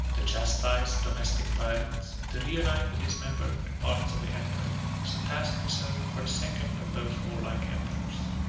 to chastise domestic tyrants, and to reunite the dismembered parts of the empire, was a task reserved for the second of those warlike emperors.